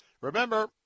Remember